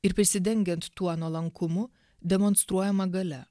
ir prisidengiant tuo nuolankumu demonstruojama galia